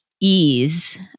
ease